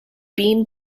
bean